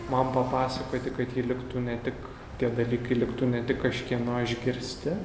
man papasakoti kaip liktų ne tik tie dalykai liktų ne tik kažkieno išgirsti